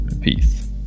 peace